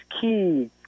key